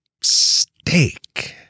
steak